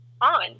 on